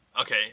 Okay